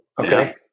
Okay